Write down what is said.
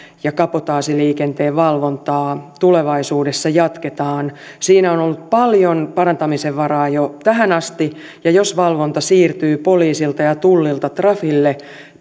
ja kabotaasiliikenteen valvontaa tulevaisuudessa jatketaan siinä on on ollut paljon parantamisen varaa jo tähän asti ja jos valvonta siirtyy poliisilta ja tullilta trafille